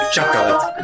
Chocolate